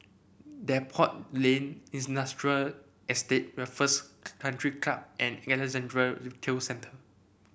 Depot Lane Industrial Estate Raffles Country Club and Alexandra Retail Centre